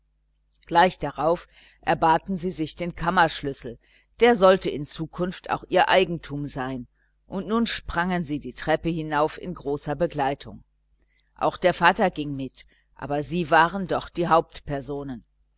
gleich darauf erbaten sie sich den kammerschlüssel der sollte in zukunft auch ihr eigentum sein und nun sprangen sie die treppe hinauf in großer begleitung auch der vater ging mit sie aber waren doch die